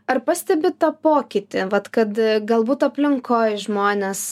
ar pastebi tą pokytį vat kad galbūt aplinkoj žmonės